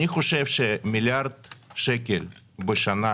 אני חושב שמיליארד שקל בשנה